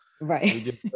right